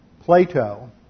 Plato